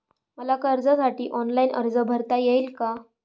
मला कर्जासाठी ऑनलाइन अर्ज भरता येईल का?